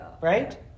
right